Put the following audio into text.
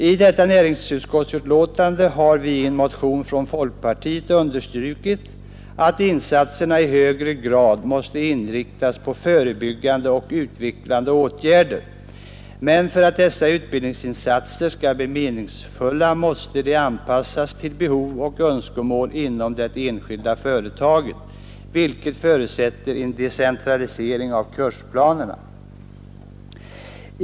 I detta näringsutskottets betänkande har i en motion från folkpartiet understrukits att insatserna i högre grad måste inriktas på förebyggande och utvecklande åtgärder. Men för att dessa utbildningsinsatser skall bli meningsfulla måste de anpassas till behov och önskemål inom det enskilda företaget, vilket förutsätter en decentralisering av kursplaneringen.